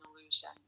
illusion